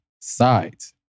sides